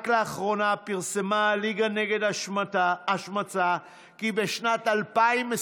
רק לאחרונה פרסמה הליגה נגד השמצה כי בשנת 2021